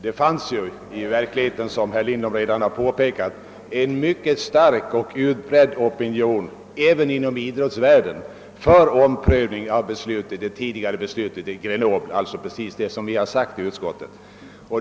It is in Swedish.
Det fanns i verkligheten som herr Lindholm redan har påpekat en mycket stark och utbredd opinion även inom idrottsvärlden för omprövning av det tidigare beslutet i Grenoble, d.v.s. precis den uppfattning som rådde inom utskottet.